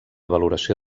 valoració